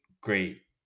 great